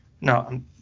no